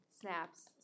Snaps